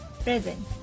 present